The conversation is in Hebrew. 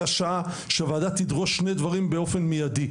הזמן שהוועדה תדרוש דברים באופן מיידי.